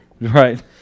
Right